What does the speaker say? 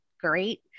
great